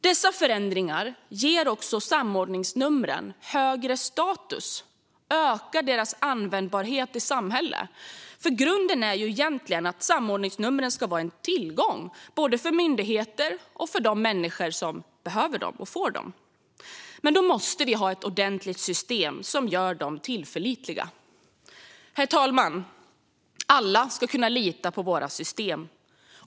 Dessa förändringar ger samordningsnumren högre status och ökar deras användbarhet i samhället. Grunden är egentligen att samordningsnumren ska vara en tillgång, både för myndigheter och för de människor som behöver dem och får dem. Då måste vi ha ett ordentligt system som gör dessa nummer tillförlitliga. Herr talman! Alla ska kunna lita på våra system.